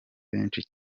benshi